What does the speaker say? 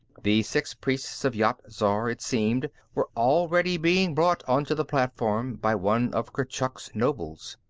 the six priests of yat-zar, it seemed, were already being brought onto the platform by one of kurchuk's nobles.